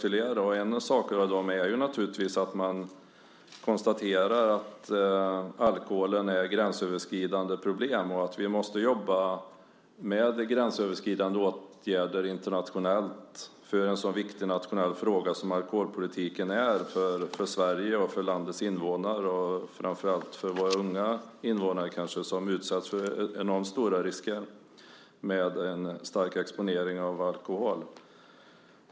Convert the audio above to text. En av de sakerna är att man konstaterar att alkoholen är ett gränsöverskridande problem och att vi måste jobba med gränsöverskridande åtgärder internationellt för en så viktig nationell fråga som alkoholpolitiken är för Sverige, för landets invånare och framför allt för våra unga invånare, som utsätts för enormt stora risker med en stark exponering av alkohol.